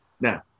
Now